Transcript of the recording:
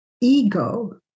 ego